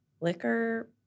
liquor